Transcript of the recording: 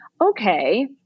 Okay